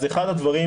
אחד הדברים